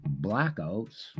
blackouts